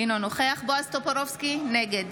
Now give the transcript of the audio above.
אינו נוכח בועז טופורובסקי, נגד